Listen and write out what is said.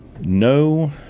no